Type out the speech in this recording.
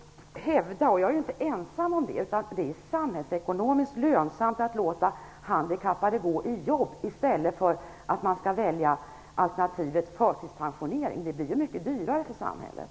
Jag hävdar, och där är jag inte ensam, att det är samhällsekonomiskt lönsamt att låta handikappade gå i jobb i stället för att de skall välja alternativet förtidspensionering, som ju blir mycket dyrare för samhället.